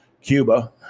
Cuba